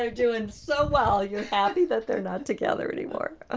doing so well you're happy that they're not together anymore ah